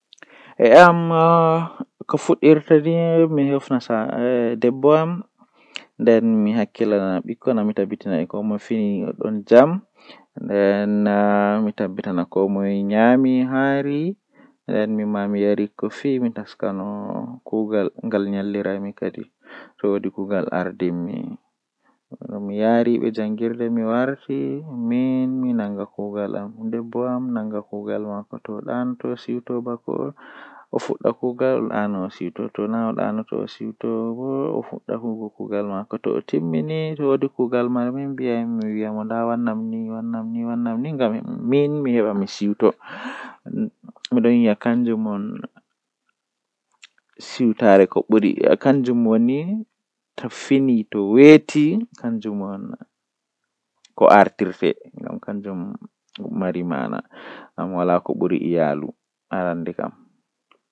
Fajjira tomi fini mi yidi mi nyama bredi be shayi.